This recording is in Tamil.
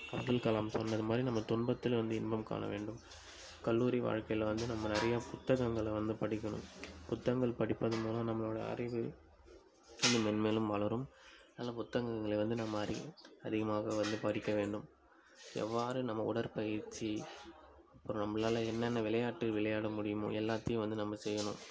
அப்துல்கலாம் சொன்னது மாதிரி நம்ம துன்பத்திலும் வந்து இன்பம் காண வேண்டும் கல்லூரி வாழ்க்கையில் வந்து நம்ம நிறைய புத்தகங்களை வந்து படிக்கணும் புத்தகங்கள் படிப்பது மூலம் நம்மளோட அறிவு இன்னும் மென்மேலும் வளரும் அதனால் புத்தகங்களை வந்து நம்ம அறிவு அதிகமாக வந்து படிக்க வேண்டும் எவ்வாறு நம்ம உடற்பயிற்சி அப்புறம் நம்பளால் என்னென்ன விளையாட்டு விளையாட முடியுமோ எல்லாத்தையும் வந்து நம்ப செய்யணும்